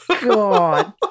God